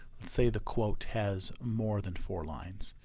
say the quote has more than four lines.